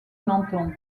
menton